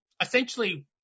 Essentially